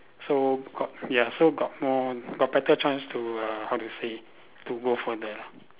so got ya so got more got better chance to uh how to say to go for the